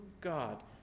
God